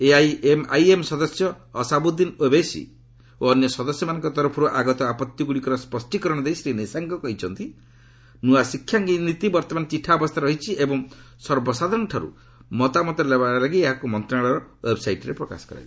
AIMIM ସଦସ୍ୟ ଅସାବୁଦ୍ଦିନ୍ ଓବେସି ଓ ଅନ୍ୟ ସଦସ୍ୟମାନଙ୍କ ତରଫର୍ ଆଗତ ଆପତ୍ତିଗୁଡ଼ିକର ସ୍ୱଷ୍ଟି କରଣ ଦେଇ ଶ୍ରୀ ନିଶାଙ୍କ କହିଛନ୍ତି ନୂଆ ଶିକ୍ଷାନୀତି ବର୍ତ୍ତମାନ ଚିଠା ଅବସ୍ଥାରେ ରହିଛି ଏବଂ ସର୍ବସାଧାରଣଙ୍କଠାରୁ ମତାମତ ନେବା ଲାଗି ଏହାକୁ ମନ୍ତ୍ରଣାଳୟର ଓ୍ୱେବ୍ସାଇଟ୍ରେ ପ୍ରକାଶ କରାଯାଇଛି